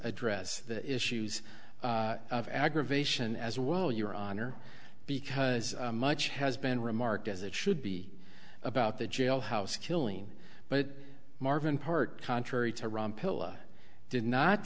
address the issues of aggravation as well your honor because much has been remarked as it should be about the jailhouse killing but marvin park contrary to ron pilla did not